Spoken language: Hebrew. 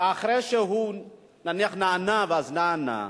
אחרי שהוא נניח נענה, אז נענה,